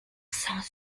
sans